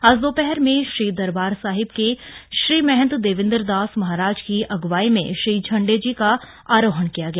आज दोपहर में श्री दरबार साहिब के श्रीमहंत देवेंद्र दास महाराज की अग्रवाई में श्री झंडेजी का आरोहण किया गया